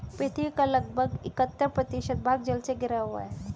पृथ्वी का लगभग इकहत्तर प्रतिशत भाग जल से घिरा हुआ है